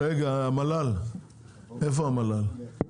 רגע המל"ל איפה המל"ל?